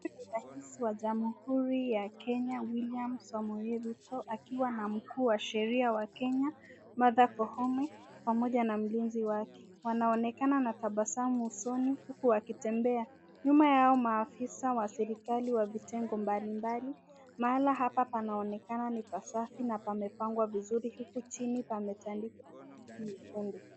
Huyu ni rais wa jamhuri ya Kenya William Samoei Ruto akiwa na mkuu wa sheria wa Kenya Martha Koome pamoja na mlinzi wake. Wanaonekana na tabasamu usoni huku wakitembea. Nyuma yao maafisa wa serikali wa vitengo mbalimbali. Mahala hapa panaonekana ni pasafi na pamepangwa vizuri huku chini pametandikwa mkeka mwekundu.